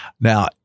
now